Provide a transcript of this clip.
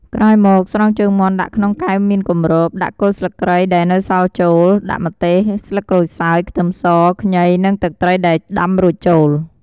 ក្រោយមកស្រង់ជើងមាន់ដាក់ក្នុងកែវមានគំរប ដាក់គល់ស្លឹកគ្រៃ ដែលនៅសល់ចូល ដាក់ម្ទេស ស្លឹកក្រូចសើច ខ្ទឹមស ខ្ញី និងទឹកត្រីដែលដាំរួចចូល។